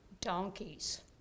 donkeys